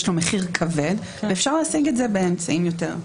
יש לזה מחיר כבר ואפשר להשיג את זה באמצעים אחרים.